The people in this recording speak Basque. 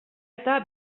eta